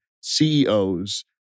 CEOs